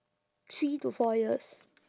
three to four years